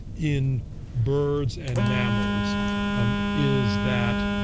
in birds and mammals um is that,